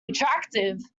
attractive